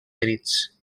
ferits